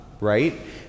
right